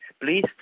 please